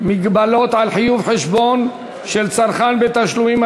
מגבלות על חיוב חשבון של צרכן בתשלומים),